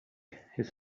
his